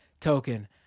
token